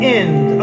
end